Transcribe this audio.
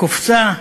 קופסה,